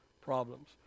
problems